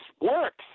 works